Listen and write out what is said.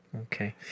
Okay